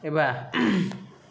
एबा